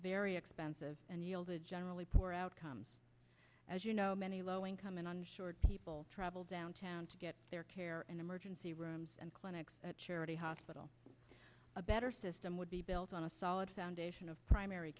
very expensive and generally poor outcomes as you know many low income and uninsured people travel downtown to get their care and emergency rooms and clinics charity hospital a better system would be built on a solid foundation of primary